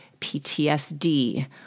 PTSD